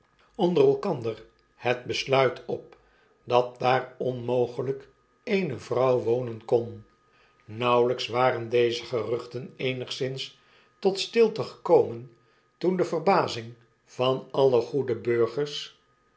onder elkander het besluit op dat daar onmogelijk eene vrouw wonen kon nauwelijks waren deze geruchten eenigszins tot stilte gekomen toen de verbazing van alle goede burgers